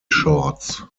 shorts